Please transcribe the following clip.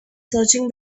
searching